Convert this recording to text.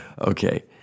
Okay